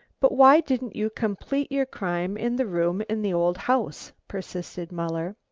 but why didn't you complete your crime in the room in the old house? persisted muller.